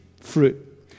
fruit